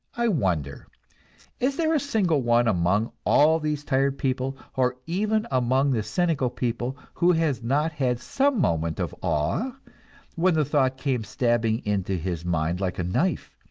i wonder is there a single one among all these tired people, or even among the cynical people, who has not had some moment of awe when the thought came stabbing into his mind like a knife